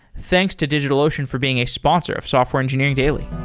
thanks to digitalocean for being a sponsor of software engineering daily.